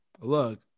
Look